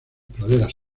praderas